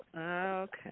Okay